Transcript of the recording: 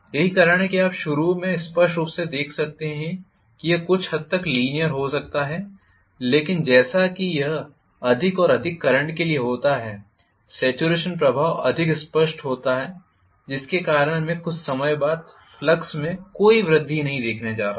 यही कारण है कि आप शुरू में स्पष्ट रूप से देख सकते हैं यह कुछ हद तक लीनीयर हो सकता है लेकिन जैसा कि यह अधिक और अधिक करंट के लिए होता है सेचुरेशन प्रभाव बहुत अधिक स्पष्ट होता है जिसके कारण मैं कुछ समय बाद फ्लक्स में कोई वृद्धि नहीं देखने जा रहा हूं